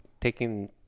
taking